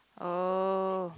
oh